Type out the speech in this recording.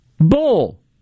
Bull